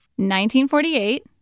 1948